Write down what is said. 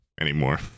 anymore